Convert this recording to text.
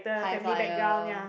high flyer